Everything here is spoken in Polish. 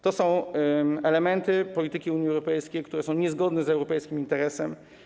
To są elementy polityki Unii Europejskiej, które są niezgodne z europejskim interesem.